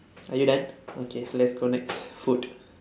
okay done okay let's go next food